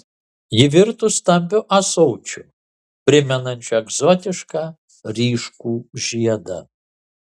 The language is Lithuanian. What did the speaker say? ji virto stambiu ąsočiu primenančiu egzotišką ryškų žiedą